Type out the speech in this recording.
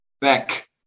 back